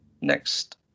next